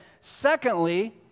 secondly